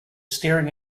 staring